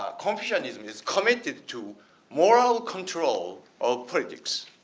ah confucianism is committed to moral control of politics.